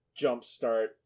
jumpstart